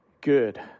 good